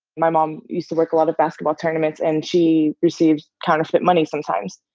my mom used to work a lot of basketball tournaments, and she received counterfeit money sometimes.